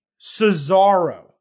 Cesaro